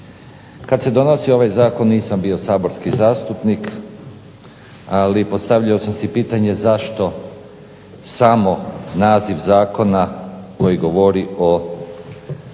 Kad se donosio ovaj zakon nisam bio saborski zastupnik, ali postavljao sam si pitanje zašto samo naziv zakona koji govori o